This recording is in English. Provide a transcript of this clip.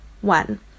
One